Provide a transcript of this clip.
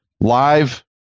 Live